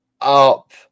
up